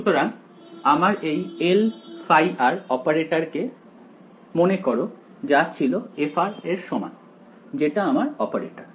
সুতরাং আমার এই Lϕ অপারেটরকে মনে করো যা ছিল f এর সমান যেটা আমার অপারেটর